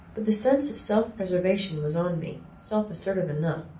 but the sense of self-preservation was on me, self-assertive enough,